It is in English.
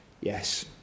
yes